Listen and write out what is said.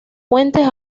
puentes